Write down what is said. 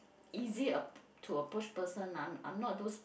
easy a to approach person I'm I'm not those